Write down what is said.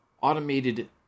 automated